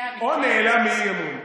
או נעלם מאי-אמון.